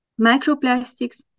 microplastics